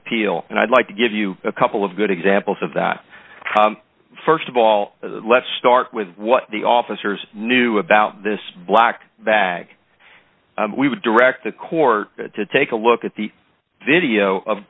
appeal and i'd like to give you a couple of good examples of that first of all let's start with what the officers knew about this black bag we would direct the court to take a look at the video of